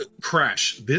Crash